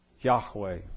Yahweh